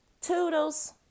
Toodles